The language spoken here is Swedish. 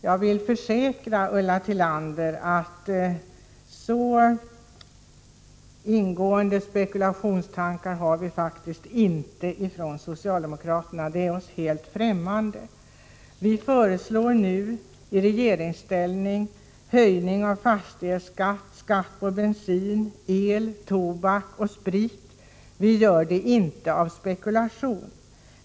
Jag vill försäkra Ulla Tillander att så ingående spekulationstankar har vi faktiskt inte inom socialdemokratin. Det är för oss helt främmande. Vi föreslår nu höjning av fastighetsskatten samt skatten på bensin, el, tobak och sprit. Det här beror inte på spekulation.